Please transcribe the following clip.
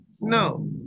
No